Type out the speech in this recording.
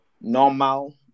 normal